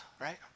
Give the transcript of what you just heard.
right